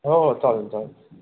हो हो चालेल चालेल